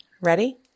Ready